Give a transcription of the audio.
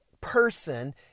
person